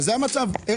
זה המצב.